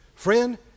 Friend